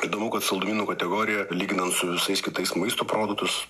įdomu kad saldumynų kategorijoje lyginant su visais kitais maisto produktus